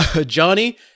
Johnny